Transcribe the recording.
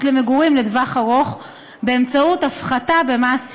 למגורים לטווח ארוך באמצעות הפחתה במס שבח.